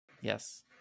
Yes